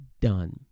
done